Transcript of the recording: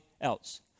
else